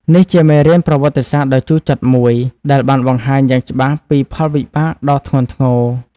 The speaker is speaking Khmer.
នេះជាមេរៀនប្រវត្តិសាស្ត្រដ៏ជូរចត់មួយ ដែលបានបង្ហាញយ៉ាងច្បាស់ពីផលវិបាកដ៏ធ្ងន់ធ្ងរ។